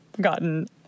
gotten—